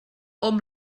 hom